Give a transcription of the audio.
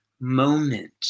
moment